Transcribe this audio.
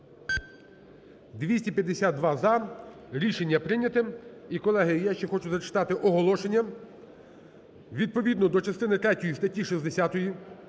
– за. Рішення прийняте.